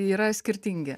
yra skirtingi